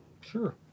Sure